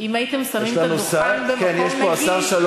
אם הייתם שמים את הדוכן במקום נגיש, יש לנו שר.